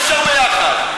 אי-אפשר ביחד.